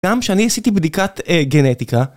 גם כשאני עשיתי בדיקת גנטיקה